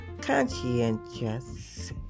conscientious